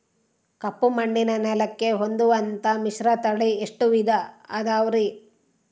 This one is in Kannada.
ಕಪ್ಪುಮಣ್ಣಿನ ನೆಲಕ್ಕೆ ಹೊಂದುವಂಥ ಮಿಶ್ರತಳಿ ಎಷ್ಟು ವಿಧ ಅದವರಿ?